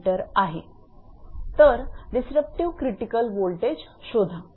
01m आहे तर disruptive critical voltage शोधा